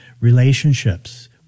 relationships